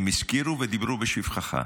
הם הזכירו ודיברו בשבחך.